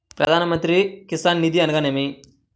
ప్రధాన మంత్రి కిసాన్ నిధి అనగా నేమి?